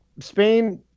Spain